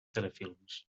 telefilms